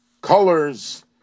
colors